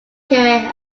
career